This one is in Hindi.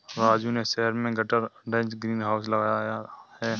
राजू ने शहर में गटर अटैच्ड ग्रीन हाउस लगाया है